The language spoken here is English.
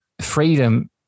freedom